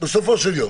בסופו של יום.